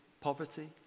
poverty